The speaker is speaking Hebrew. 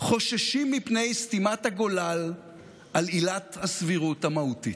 חוששים מפני סתימת הגולל על עילת הסבירות המהותית".